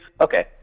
okay